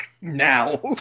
Now